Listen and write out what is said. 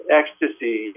ecstasy